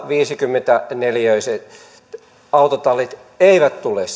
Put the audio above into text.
viisikymmentä neliöiset autotallit eivät nyt tule